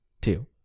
two